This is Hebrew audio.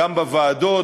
גם בוועדות,